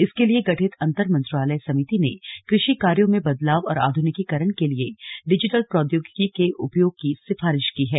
इसके लिए गठित अंतरमंत्रालय समिति ने कृषि कायों में बदलाव और आधुनिकीकरण के लिए डिजिटल प्रौद्योगिकी के उपयोग की सिफारिश की है